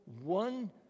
one